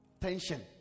tension